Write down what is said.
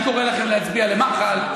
אני קורא לכם להצביע למח"ל,